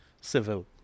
civil